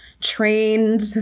trained